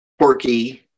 quirky